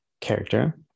character